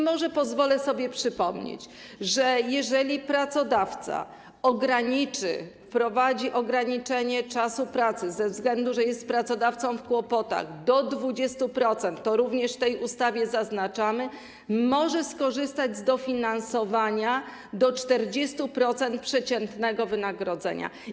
Może pozwolę sobie przypomnieć, że jeżeli pracodawca wprowadzi ograniczenie czasu pracy ze względu na to, że jest pracodawcą w kłopotach, do 20%, to również, co w tej ustawie zaznaczamy, może skorzystać z dofinansowania do 40% przeciętnego wynagrodzenia.